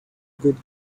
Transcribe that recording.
good